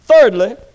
Thirdly